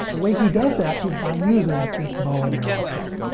the way he does that is by using this bow and arrow trick.